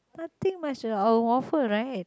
nothing much at all waffle right